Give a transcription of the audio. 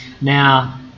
Now